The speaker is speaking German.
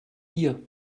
ihr